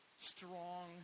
strong